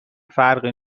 فرقی